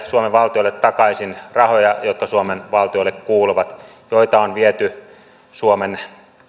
suomen valtiolle takaisin rahoja jotka suomen valtiolle kuuluvat joita on viety suomen